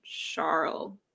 Charles